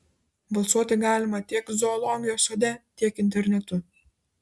balsuoti galima tiek zoologijos sode tiek internetu